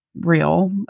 real